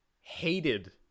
hated